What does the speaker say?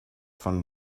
von